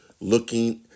looking